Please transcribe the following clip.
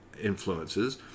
influences